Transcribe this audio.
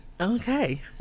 Okay